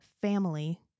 family